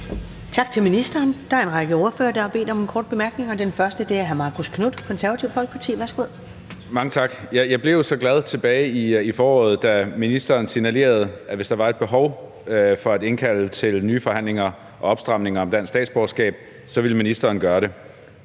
Tak til ministeren. Der er en række ordførere, der har bedt om korte bemærkninger. Den første er hr. Marcus Knuth, Det Konservative Folkeparti. Værsgo. Kl. 13:15 Marcus Knuth (KF): Mange tak. Jeg blev jo så glad tilbage i foråret, da ministeren signalerede, at hvis der var et behov for at indkalde til nye forhandlinger om opstramninger om dansk statsborgerskab, ville ministeren gøre det.